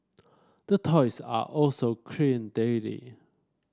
the toys are also cleaned daily